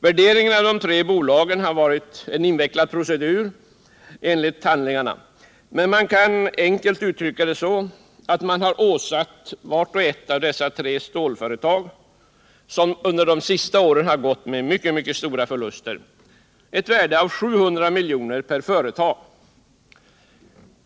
Värderingen av de tre bolagen har varit en invecklad procedur enligt handlingarna, men det kan enkelt uttryckas så, att man åsatt vart och ett av dessa tre stålföretag, som under de senaste åren gått med mycket stora förluster, ett värde av 700 miljoner.